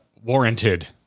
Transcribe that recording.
warranted